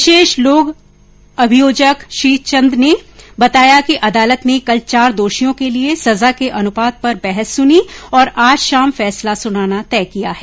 विशेष लोक अभियोजक श्रीचंद ने बताया कि अदालत ने कल चार दोषियों के लिए सजा के अनुपात पर बहस सुनी और आज शाम फैसला सुनाना तय किया है